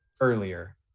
earlier